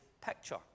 picture